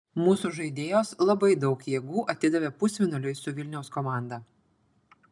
mūsų žaidėjos labai daug jėgų atidavė pusfinaliui su vilniaus komanda